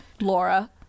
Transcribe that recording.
Laura